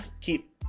keep